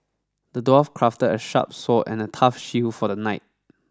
the dwarf crafted a sharp sword and a tough shield for the knight